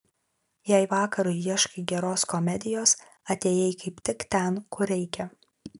jei vakarui ieškai geros komedijos atėjai kaip tik ten kur reikia